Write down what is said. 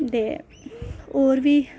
ते और बी